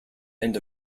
end